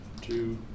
two